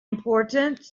important